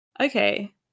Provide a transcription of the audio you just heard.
Okay